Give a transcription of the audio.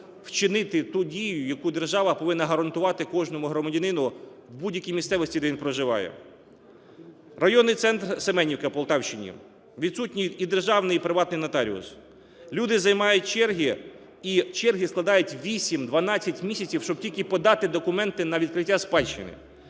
вчинити ту дію, яку держава повинна гарантувати кожному громадянину в будь-якій місцевості, де він проживає. Районний центрСеменівка на Полтавщині – відсутній і державний, і приватний нотаріус. Люди займають черги, і черги складають 8-12 місяців, щоб тільки подати документи на відкриття спадщини.